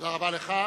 תודה רבה לך.